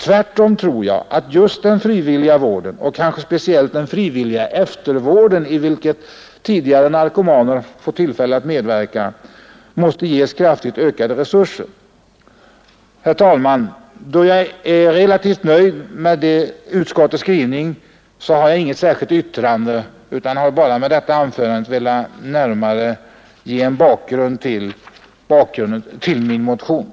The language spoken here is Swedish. Tvärtom tror jag att just den frivilliga vården och kanske speciellt den frivilliga eftervården, i vilken tidigare narkomaner får tillfälle att medverka, måste ges kraftigt ökade resurser. Herr talman! Då jag är relativt nöjd med utskottets skrivning med anledning av min motion har jag inget särskilt yrkande utan har bara med detta anförande velat närmare ange bakgrunden till motionen.